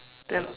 then